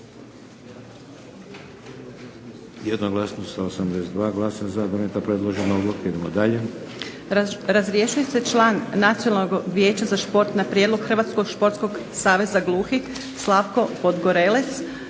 Jednoglasno sa 82 glasa za donijeta predložena odluka. Idemo dalje. **Majdenić, Nevenka (HDZ)** Razrješuje se član Nacionalnog vijeća za šport na prijedlog Hrvatskog športskog saveza gluhih Slavko Podgorelec